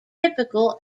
typical